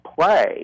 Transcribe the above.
play